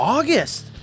August